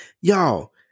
Y'all